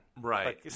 Right